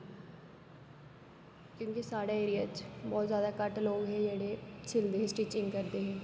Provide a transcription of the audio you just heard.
क्योकि साढ़ु ऐरिेये च बहूत ज्यादा घ्टट्ट लोक हे जेहडे़ सिलदे है स्टिचिंग करदे हे